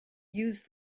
used